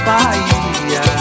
Bahia